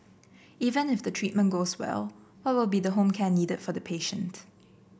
even if the treatment goes well what will be the home care needed for the patient